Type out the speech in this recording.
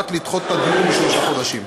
והוחלט לדחות את הדיון בשלושה חודשים.